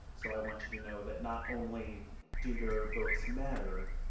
so i want you to know that not only do your votes matter,